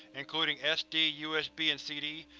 including sd, usb, and cd.